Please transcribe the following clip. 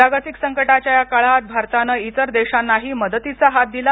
जागतिक संकटाच्या या काळात भारतानं इतर देशांनाही मदतीचा हात दिला